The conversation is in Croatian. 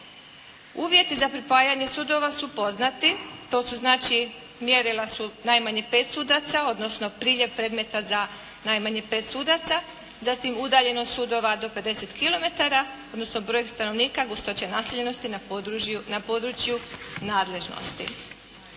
Uvjeti za pripajanje sudova su poznati. To su znači, mjerila su najmanje 5 sudaca odnosno priljev predmeta za najmanje 5 sudaca. Zatim udaljenost sudova do 50 km odnosno broj stanovnika, gustoća naseljenosti na području nadležnosti.